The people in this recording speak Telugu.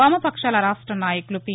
వామపక్షాల రాష్ట నాయకులు పి